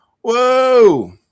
Whoa